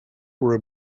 were